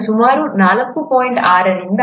6 ರಿಂದ 4